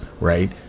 right